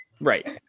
Right